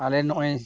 ᱟᱞᱮ ᱱᱚᱜᱼᱚᱭ